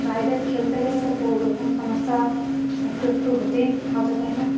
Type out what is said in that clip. বাইরে খেলতে গেলে তো পো ওরকম সমস্যা একটু একটু হতেই হবে তাই না